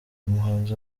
umuhanzi